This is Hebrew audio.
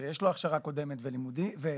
שיש לו הכשרה קודמת וניסיון,